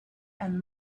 and